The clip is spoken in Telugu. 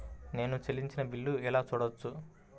నేను చెల్లించిన బిల్లు ఎలా చూడవచ్చు?